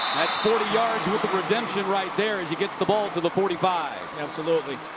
that's forty yards with the redemption right there. as he gets the ball to the forty five. absolutely.